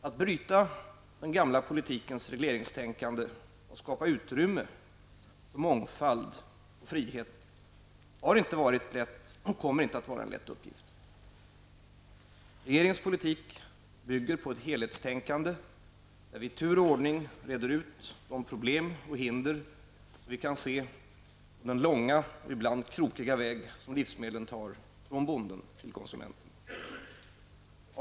Att bryta den gamla politikens regleringstänkande och skapa utrymme för mångfald och frihet har inte varit, och kommer inte att vara, någon lätt uppgift. Regeringens politik bygger på ett helhetstänkande, där vi i tur och ordning reder ut de problem och hinder som vi kan se på den långa och ibland krokiga väg som livsmedlen tar från bonden till konsumenten. Herr talman!